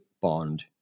bond